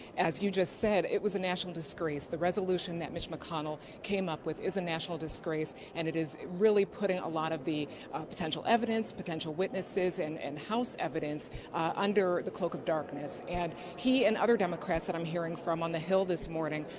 as you just said, it was a national disgrace. the resolution that mitch mcconnell came up with is a national disgrace and it is really putting a lot of the potential evidence, potential witnesses and and house evidence under the cloak of darkness. and he and other democrats that i am um hearing from on the hill this morning,